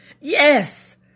Yes